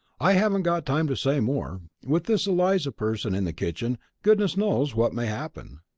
i haven't got time to say more. with this eliza person in the kitchen goodness knows what may happen.